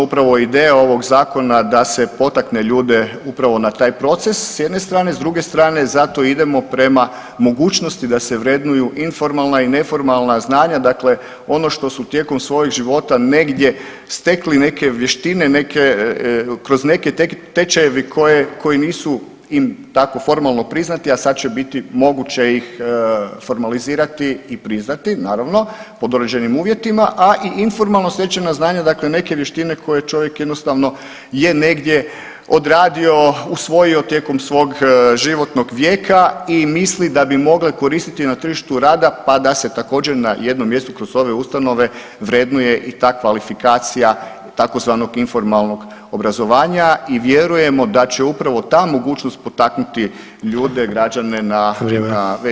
Upravo ideja ovog Zakona da se potakne ljude upravo na taj proces, s jedne strane, s druge strane, zato idemo prema mogućnosti da se vrednuju i formalna i neformalna znanja, dakle ono što su tijekom svojih života negdje stekli, neke vještine, neke, kroz neke tečajevi koji nisu im tako formalno priznati, a sad će biti moguće ih formalizirati i priznati, naravno, pod određenim uvjetima, a i informalno stečena znanja, dakle neke vještine koje čovjek jednostavno je negdje odradio, usvojio tijekom svog životnog vijeka i misli da bi mogle koristiti na tržištu rada, pa da se također, na jednom mjestu, kroz ove ustanove vrednuje i ta kvalifikacija, tzv. informalnog obrazovanja i vjerujemo da će upravo ta mogućnost potaknuti ljude, građane, na [[Upadica: Vrijeme.]] veću uključenost u ovaj proces.